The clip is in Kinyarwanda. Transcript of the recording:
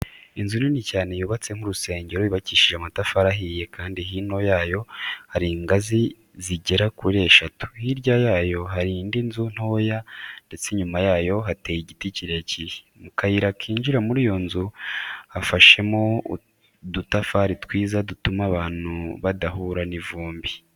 Inzu nini cyane yubatse nk'urusengero yubakishije amatafari ahiye kandi hino yayo hari ingazi zigera kuri eshatu. Hirya yayo hari indi nzu ntoya ndetse inyuma yayo hateye igiti kirekire. Mu kayira kinjira muri iyo nzu hashashemo udutafari twiza dutuma abantu badahura n'ivumbi.